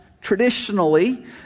traditionally